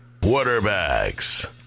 quarterbacks